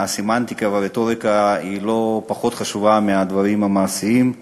הסמנטיקה והרטוריקה הן לא פחות חשובות מהדברים המעשיים.